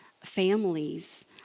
families